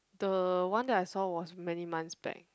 the one that I saw was many months back